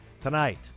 tonight